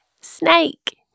snake